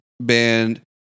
band